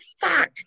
fuck